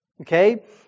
Okay